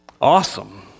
Awesome